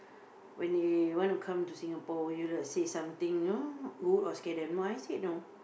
when they want to come to Singapore would you like say something you know good or scare them no I said no